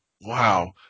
Wow